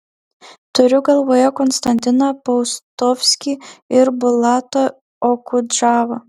turiu galvoje konstantiną paustovskį ir bulatą okudžavą